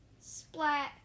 Splat